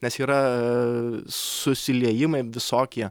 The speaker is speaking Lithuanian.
nes yra susiliejimai visokie